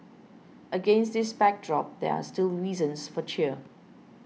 against this backdrop there are still reasons for cheer